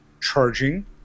charging